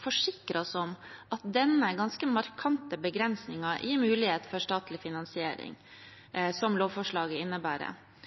forsikre oss om at denne, ganske markante, begrensningen gir mulighet for statlig finansiering, som lovforslaget innebærer.